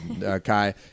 Kai